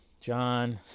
John